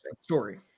story